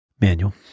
Manual